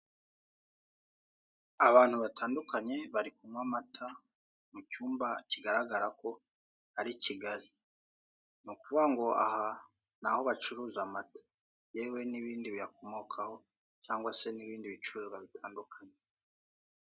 Abantu batandukanye bari kunywa amata mu cyumba kigaragara ko ari i Kigali, ni ukuvuga ngo aha ni aho bacuruza amata yewe n'ibindi biyakomokaho cyangwa se n'ibindi bicuruzwa bitandukanye.